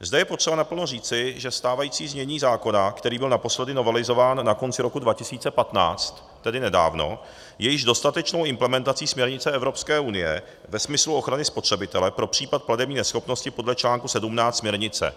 Zde je potřeba naplno říci, že stávající znění zákona, který byl naposledy novelizován na konci roku 2015, tedy nedávno, je již dostatečnou implementací směrnice Evropské unie ve smyslu ochrany spotřebitele pro případ platební neschopnosti podle čl. 17 směrnice.